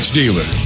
dealer